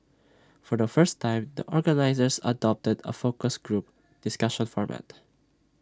for the first time the organisers adopted A focus group discussion format